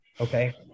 okay